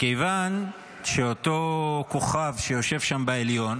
מכיוון שאותו כוכב שיושב שם בעליון